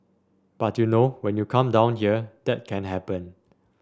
but you know when you come down here that can happen